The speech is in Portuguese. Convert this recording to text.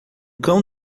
cão